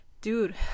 dude